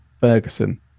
Ferguson